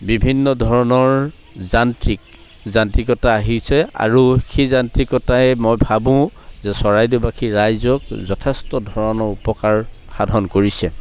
বিভিন্ন ধৰণৰ যান্ত্ৰিক যান্ত্ৰিকতা আহিছে আৰু সেই যান্ত্ৰিকতাই মই ভাবোঁ যে চৰাইদেউবাসী ৰাইজক যথেষ্ট ধৰণৰ উপকাৰ সাধন কৰিছে